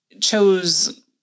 chose